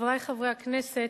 חברי חברי הכנסת,